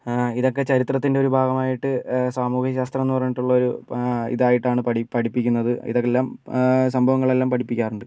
ഇതൊക്കെ ചരിത്രത്തിൻറ്റെ ഒരു ഭാഗമായിട്ട് സാമൂഹിക ശാസ്ത്രമെന്ന് പറഞ്ഞിട്ടുള്ളൊരു ഇതായിട്ടാണ് പഠിപ്പിക്കുന്നത് ഇത് എല്ലാം സംഭവങ്ങളെല്ലാം പഠിപ്പിക്കാറുണ്ട്